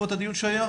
בעקבות הדיון שהיה,